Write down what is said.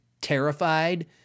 terrified